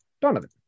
Donovan